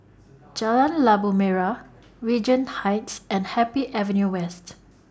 Jalan Labu Merah Regent Heights and Happy Avenue West